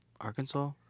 Arkansas